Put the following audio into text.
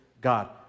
God